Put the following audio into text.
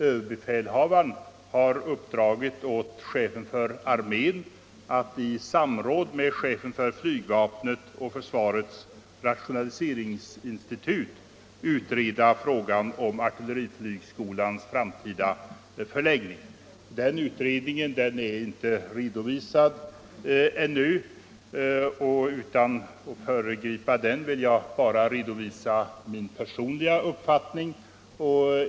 Överbefälhavaren har uppdragit åt chefen för armén att i samråd med chefen för flygvapnet och försvarets rationaliseringsinstitut utreda frågan om artilleriflygskolans framtida förläggning. Chefen för armén har ännu inte redovisat sitt resultat. Utan att föregripa utredningen vill jag bara redovisa min personliga uppfattning.